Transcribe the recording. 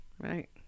right